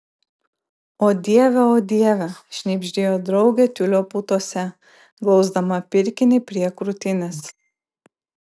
o dieve o dieve šnibždėjo draugė tiulio putose glausdama pirkinį prie krūtinės